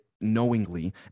knowingly